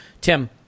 Tim